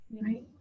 right